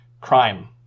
crime